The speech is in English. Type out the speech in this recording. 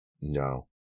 No